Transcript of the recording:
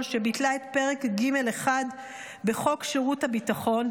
שביטלה את פרק ג'1 בחוק שירות ביטחון.